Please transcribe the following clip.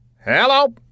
Hello